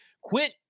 Quit